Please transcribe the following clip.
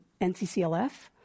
NCCLF